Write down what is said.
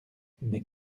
mais